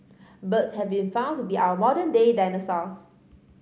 birds have been found to be our modern day dinosaurs